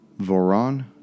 Voron